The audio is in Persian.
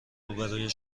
روبروی